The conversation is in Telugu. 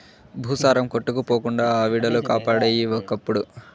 భూసారం కొట్టుకుపోకుండా అడివిలు కాపాడేయి ఒకప్పుడు